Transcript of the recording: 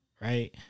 Right